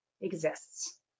exists